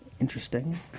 interesting